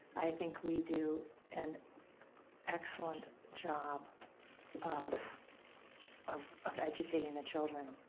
i think we do an excellent job of of of educating the children.